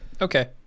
okay